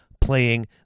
playing